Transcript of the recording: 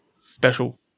special